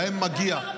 להם מגיע,